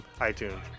iTunes